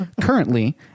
currently